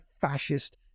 fascist